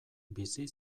bizi